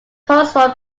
postwar